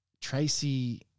Tracy